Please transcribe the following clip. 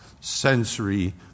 sensory